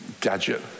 gadget